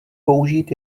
použít